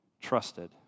trusted